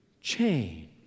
change